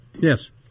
Yes